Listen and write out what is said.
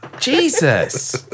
Jesus